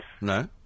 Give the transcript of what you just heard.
No